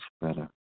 better